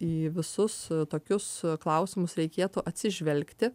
į visus tokius klausimus reikėtų atsižvelgti